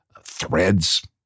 threads